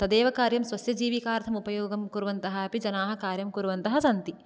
तदेव कार्यं स्वस्य जीविकार्थं उपयोगं कुर्वन्तः अपि जनाः कार्यं कुर्वन्तः सन्ति